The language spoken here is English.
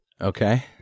Okay